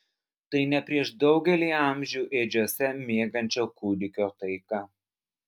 tai ne prieš daugelį amžių ėdžiose miegančio kūdikio taika